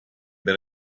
have